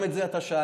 גם את זה אתה שאלת,